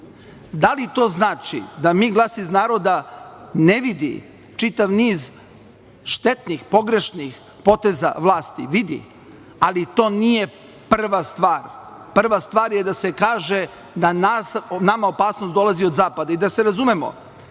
li to znači da MI - Glas iz naroda ne vidi čitav niz štetnih, pogrešnih poteza vlasti? Vidi, ali to nije prva stvar. Prva stvar je da se kaže da nama opasnost dolazi od zapada. Da se razumemo,